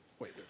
Wait